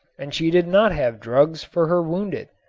and she did not have drugs for her wounded.